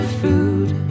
food